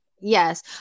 Yes